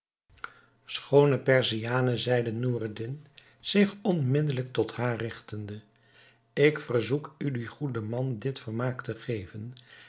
schoone perziane zeide noureddin zich onmiddelijk tot haar rigtende ik verzoek u dien goeden man dit vermaak te geven